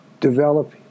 Develop